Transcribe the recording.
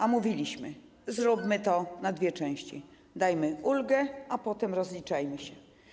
A mówiliśmy: zróbmy to w dwóch częściach, dajmy ulgę, a potem rozliczajmy się.